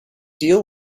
deal